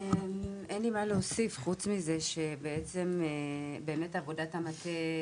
אין לי מה להוסיף חוץ מזה שבעצם עבודת המטה,